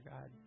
God